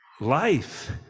life